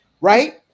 right